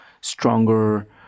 stronger